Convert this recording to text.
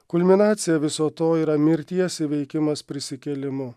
kulminacija viso to yra mirties įveikimas prisikėlimu